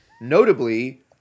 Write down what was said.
Notably